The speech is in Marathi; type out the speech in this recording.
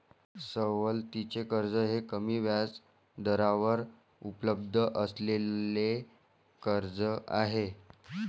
सवलतीचे कर्ज हे कमी व्याजदरावर उपलब्ध असलेले कर्ज आहे